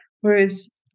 whereas